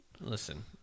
Listen